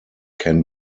can